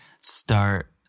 start